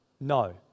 No